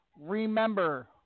remember